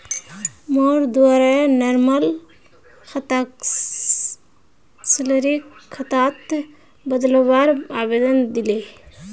मोर द्वारे नॉर्मल खाताक सैलरी खातात बदलवार आवेदन दिले